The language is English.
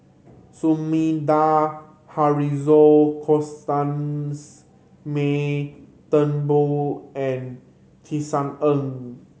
Sumida Haruzo Constance May Turnbull and Tisa Ng